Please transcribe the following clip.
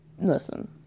listen